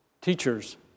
teachers